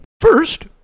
First